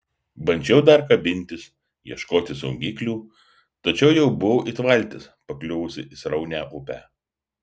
bandžiau dar kabintis ieškoti saugiklių tačiau jau buvau it valtis pakliuvusi į sraunią upę